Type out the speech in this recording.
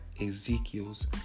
Ezekiel's